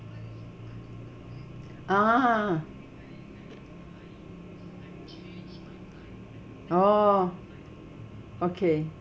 ah oo okay